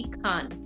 Khan